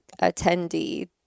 attendee